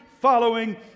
following